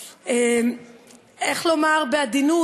איך לומר בעדינות?